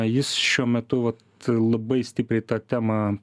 jis šiuo metu vat labai stipriai tą temą